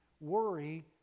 worry